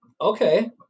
okay